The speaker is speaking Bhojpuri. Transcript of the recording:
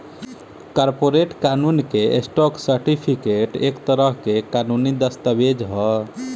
कॉर्पोरेट कानून में, स्टॉक सर्टिफिकेट एक तरह के कानूनी दस्तावेज ह